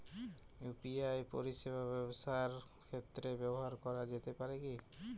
UPI পরিষেবা ব্যবসার ক্ষেত্রে ব্যবহার করা যেতে পারে কি?